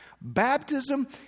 Baptism